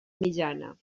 mitjana